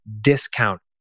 discount